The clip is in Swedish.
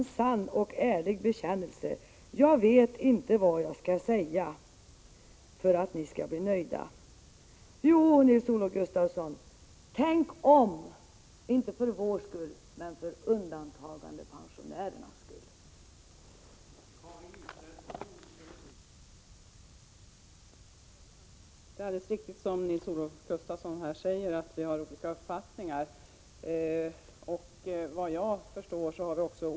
Ja, det var ändå en sann och ärlig bekännelse: ”Jag vet inte vad jag skall säga för att ni skall bli nöjda.” Jo, Nils-Olof Gustafsson, tänk om, inte för vår skulle utan för undantagandepensionärernas skull!